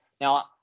Now